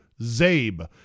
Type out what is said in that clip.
ZABE